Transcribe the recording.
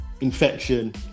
Infection